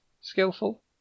skillful